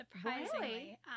Surprisingly